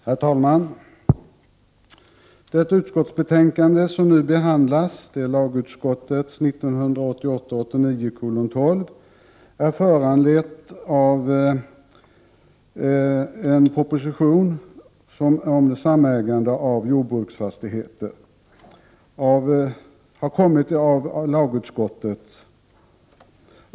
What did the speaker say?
Herr talman! Det utskottsbetänkande som nu behandlas, lagutskottets betänkande 1988/89:LU12, är föranlett av en proposition om samägande av jordbruksfastigheter, som alltså har tagits upp av lagutskottet.